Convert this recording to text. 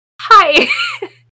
hi